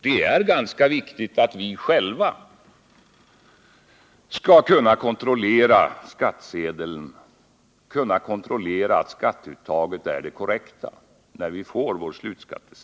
Det är ganska viktigt att vi själva kan kontrollera skattsedeln, att vi när vi får vår slutskattsedel kan kontrollera att skatteuttaget är det korrekta. Herr talman!